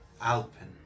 Alpin